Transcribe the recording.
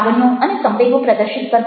લાગણીઓ અને સંવેગો પ્રદર્શિત કરવા